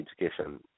education